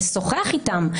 לשוחח אתם,